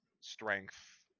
strength